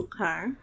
Okay